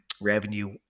revenue